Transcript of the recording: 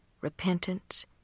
Repentance